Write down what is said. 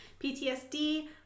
PTSD